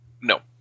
No